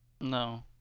No